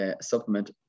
supplement